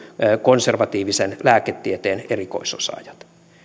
konservatiivisen lääketieteen erikoisosaajat